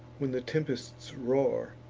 when the tempests roar,